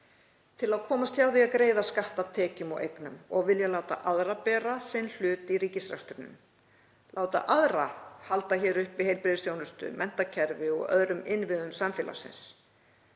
til að komast hjá því að greiða skatta af tekjum og eignum og vilja láta aðra bera sinn hlut í ríkisrekstrinum, láta aðra halda hér uppi heilbrigðisþjónustu, menntakerfi og öðrum innviðum samfélagsins.